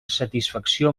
satisfacció